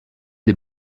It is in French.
des